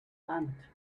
planet